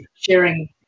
sharing